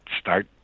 start